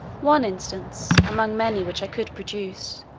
one instance, among many which i could produce,